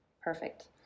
Perfect